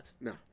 No